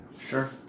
Sure